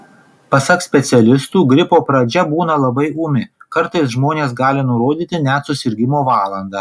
pasak specialistų gripo pradžia būna labai ūmi kartais žmonės gali nurodyti net susirgimo valandą